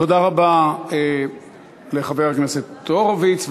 תודה רבה לחבר הכנסת הורוביץ.